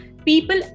people